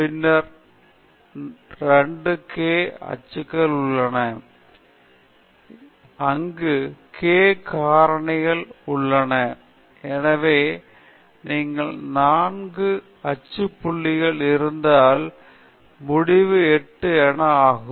பின்னர் 2 k அச்சுக்கள் உள்ளன அங்கு k காரணிகள் உள்ளன எனவே நீங்கள் 4 அச்சு புள்ளிகள் இருந்தால் முடிவு 8 என ஆகும்